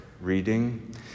reading